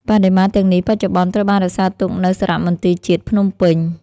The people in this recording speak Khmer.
បដិមាទាំងនេះបច្ចុប្បន្នត្រូវបានរក្សាទុកនៅសារមន្ទីរជាតិភ្នំពេញ។